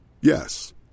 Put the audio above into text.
Yes